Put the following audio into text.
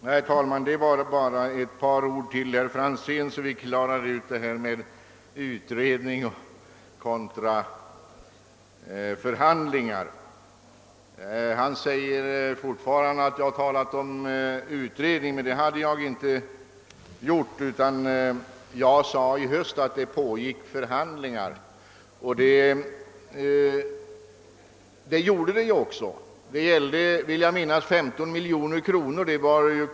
Herr talman! Jag skall bara säga ett par ord till herr Franzén i Träkumla så att frågan om utredning och förhandlingar blir klar. Han säger fortfarande att jag talat om utredning, men det har jag inte gjort. I höstas yttrade jag att det pågick förhandlingar, och det gjorde det ju också. Jag vill minnas att det gällde 15 miljoner kronor.